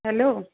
hello